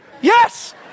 Yes